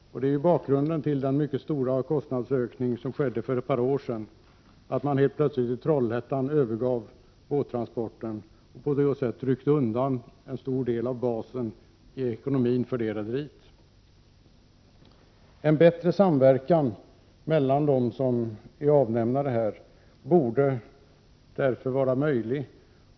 Bakgrunden till den mycket stora kostnadsökning som skedde för ett par år sedan var ju att man helt plötsligt i Trollhättan övergav båttransporten och på så sätt ryckte undan en stor del av basen i ekonomin för det rederi som det gällde. En bättre samverkan mellan avnämarna borde vara möjlig.